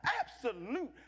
absolute